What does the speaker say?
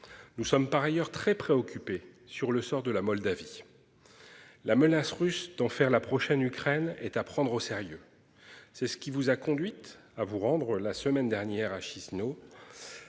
Nous sommes par ailleurs très préoccupé sur le sort de la Moldavie. La menace russe d'en faire la prochaine Ukraine est à prendre au sérieux. C'est ce qui vous a conduite à vous rendre la semaine dernière à Chisinau.